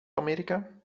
amerika